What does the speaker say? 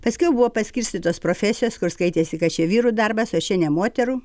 paskiau buvo paskirstytos profesijos kur skaitėsi kad čia vyrų darbas o čia ne moterų